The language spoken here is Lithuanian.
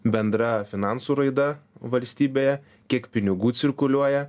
bendra finansų raida valstybėje kiek pinigų cirkuliuoja